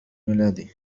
ميلادي